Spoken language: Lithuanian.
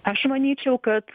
aš manyčiau kad